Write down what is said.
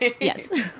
Yes